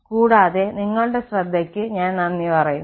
കൂടാതെ നിങ്ങളുടെ ശ്രദ്ധയ്ക്ക് ഞാൻ നന്ദി പറയുന്നു